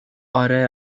آره